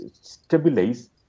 stabilize